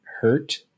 hurt